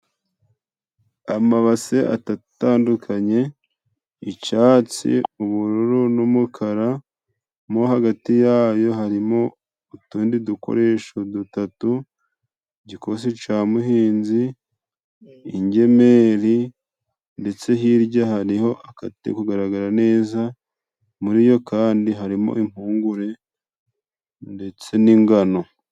Amabase atatu atandukanye: icyatsi, ubururu, n'umukara .Mo hagati yayo harimo utundi dukoresho dutatu :gikosi ca muhinzi, ingemeri ,ndetse hirya hariho akatari kugaragara neza. Muri iyo kandi harimo impungure ndetse n'ingano.